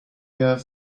gar